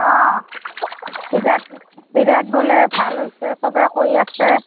অঁ বিৰাট বিৰাট বোলে ভাল হৈছে চবে কৈ আছে